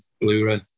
Blu-ray